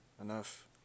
Enough